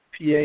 PA